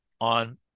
on